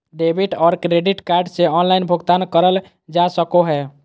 debit और credit card से online भुगतान करल जा सको हय